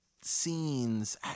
scenes